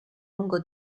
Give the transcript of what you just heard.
lungo